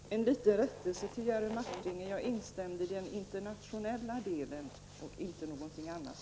Herr talman! En liten rättelse till Jerry Martinger. Jag instämde i den internationella delen av hans anförande och inte i någonting annat.